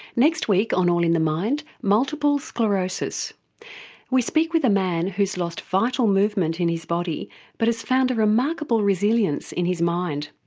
next week on all in the mind multiple sclerosis we speak with a man who's lost vital movement in his body but has found a remarkable resilience in his mind.